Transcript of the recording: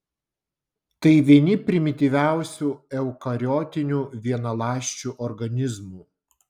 tai vieni primityviausių eukariotinių vienaląsčių organizmų